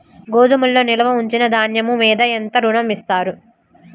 గోదాములో నిల్వ ఉంచిన ధాన్యము మీద ఎంత ఋణం ఇస్తారు?